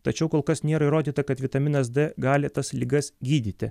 tačiau kol kas nėra įrodyta kad vitaminas d gali tas ligas gydyti